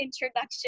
introduction